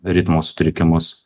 ritmo sutrikimus